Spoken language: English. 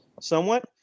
Somewhat